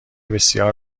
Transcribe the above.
بسیار